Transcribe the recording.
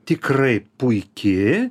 tikrai puiki